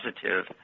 positive